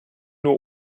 nur